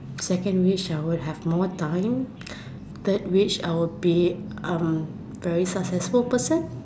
second wish I would have more time third wish I would be um very successful person